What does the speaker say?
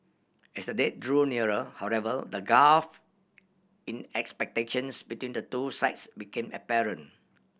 as the date drew nearer however the gulf in expectations between the two sides became apparent